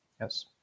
yes